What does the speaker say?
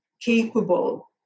capable